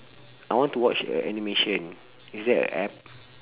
I want to watch uh animation is there a app